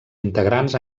integrants